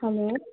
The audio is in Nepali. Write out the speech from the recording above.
हेलो